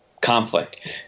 conflict